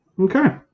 okay